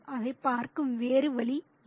அதைப் பார்க்க வேறு வழி இது